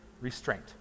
restraint